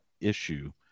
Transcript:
issue